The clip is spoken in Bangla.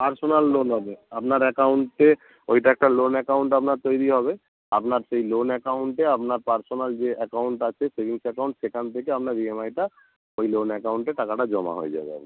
পার্সোনাল লোন হবে আপনার অ্যাকাউন্টে ওইটা একটা লোন অ্যাকাউন্ট আপনার তৈরি হবে আপনার সেই লোন অ্যাকাউন্টে আপনার পার্সোনাল যে অ্যাকাউন্ট আছে সেভিংস অ্যাকাউন্ট সেখান থেকে আপনার ই এম আই টা ওই লোন অ্যাকাউন্টে টাকাটা জমা হয়ে যাবে আপনার